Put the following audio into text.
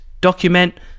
document